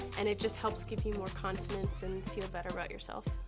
and it just helps give you more confidence and feel better about yourself.